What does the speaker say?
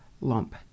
lump